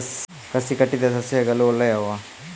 ಕಸಿ ಕಟ್ಟಿದ ಸಸ್ಯಗಳು ಒಳ್ಳೆಯವೇ?